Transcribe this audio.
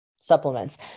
supplements